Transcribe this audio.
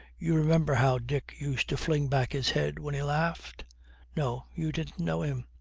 you remember how dick used to fling back his head when he laughed no, you didn't know him.